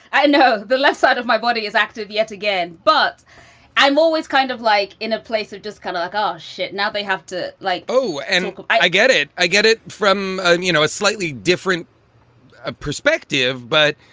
i know the left side of my body is active yet again, but i'm always kind of like in a place. it just kind of like, oh, shit now they have to like, oh, and i get it, i get it from, and you know, a slightly different ah perspective. but,